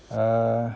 uh